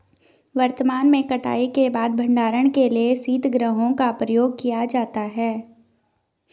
वर्तमान में कटाई के बाद भंडारण के लिए शीतगृहों का प्रयोग किया जाता है